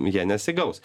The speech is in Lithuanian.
jie nesigaus